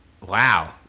Wow